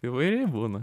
įvairiai būna